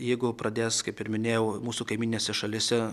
jeigu pradės kaip ir minėjau mūsų kaimyninėse šalyse